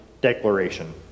declaration